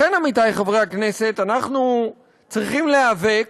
לכן, עמיתי חברי הכנסת, אנחנו צריכים להיאבק